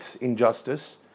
injustice